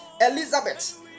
Elizabeth